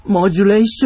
Modulation